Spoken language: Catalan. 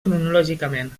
cronològicament